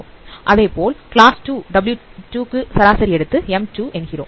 அதைப்போல் class w2 க்கு சராசரி எடுத்து m2 என்கிறோம்